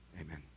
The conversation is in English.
Amen